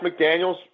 McDaniels